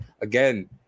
again